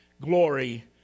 glory